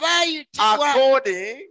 according